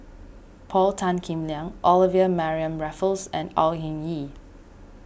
Paul Tan Kim Liang Olivia Mariamne Raffles and Au Hing Yee